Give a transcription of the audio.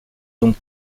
donc